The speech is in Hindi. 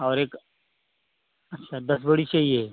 और एक अच्छा दस बोरी चाहिए